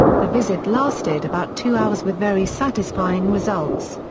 the visit lasted about two hours with very satisfying results.